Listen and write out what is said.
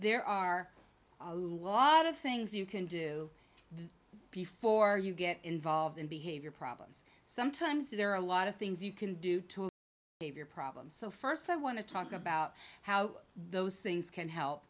there are a lot of things you can do before you get involved in behavior problems sometimes there are a lot of things you can do to save your problem so first i want to talk about how those things can help